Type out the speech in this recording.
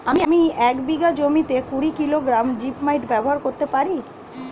আমি এক বিঘা জমিতে কুড়ি কিলোগ্রাম জিপমাইট ব্যবহার করতে পারি?